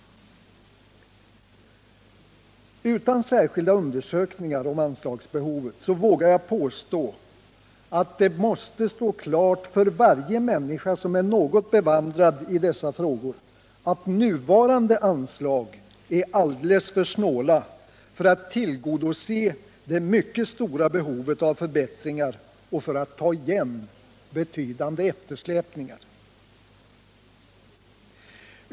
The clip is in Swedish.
Utan särskilda undersökningar om anslagsbehovet vågar jag påstå att det måste stå klart för varje människa som är något bevandrad i dessa frågor, att nuvarande anslag är alldeles för snåla för att tillgodose det mycket stora behovet av förbättringar och för att ta igen betydande eftersläpningar.